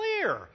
clear